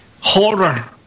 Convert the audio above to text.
horror